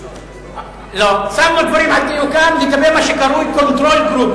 העמדנו דברים על דיוקם לגבי מה שקרוי control group,